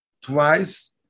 twice